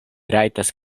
rajtas